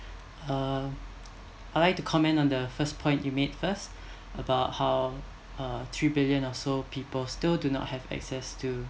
uh I'd like to comment on the first point you made first about how uh three billion or so people still do not have access to